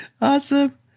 Awesome